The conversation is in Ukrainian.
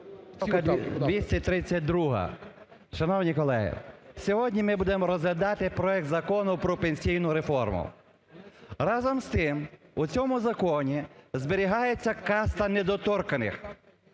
232-а. Шановні колеги сьогодні ми будемо розглядати проект Закону про пенсійну реформу. Разом з цим, у цьому Законі зберігається "каста недоторканних".